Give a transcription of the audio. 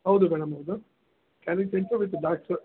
ಹೌದು ಮೇಡಮ್ ಇದು can V with ಡಾಕ್ಟ್ರ